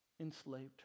enslaved